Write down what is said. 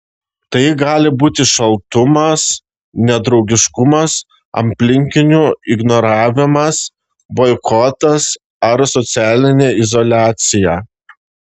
tai gali būti šaltumas nedraugiškumas aplinkinių ignoravimas boikotas ar socialinė izoliacija